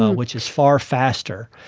um which is far faster.